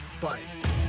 Bye